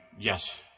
yes